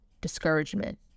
discouragement